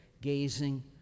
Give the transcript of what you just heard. gazing